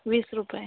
वीस रुपये